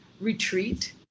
retreat